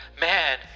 man